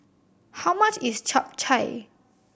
how much is Chap Chai